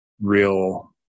real